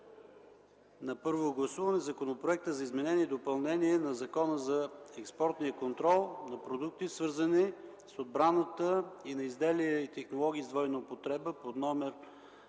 към гласуване на Законопроект за изменение и допълнение на Закона за експортния контрол на продукти, свързани с отбраната, и на изделия и технологии с двойна употреба под №